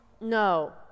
no